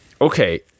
Okay